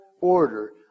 order